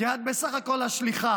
כי את בסך הכול השליחה.